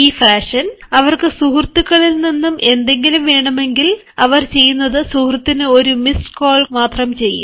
ഈ ഫാഷൻ അവർക്ക് സുഹൃത്തു ക്കളിൽ നിന്നും എന്തെങ്കിലും വേണമെങ്കിൽ അവർ ചെയ്യുന്നത് സുഹൃത്തിനു ഒരു മിസ് കാൾ മാത്രം ചെയ്യും